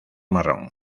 marrón